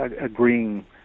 agreeing